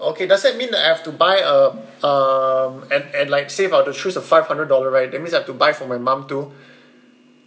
okay does that mean that I have to buy uh um and and like say if I were to choose the five hundred dollar right that means I have to buy for my mom too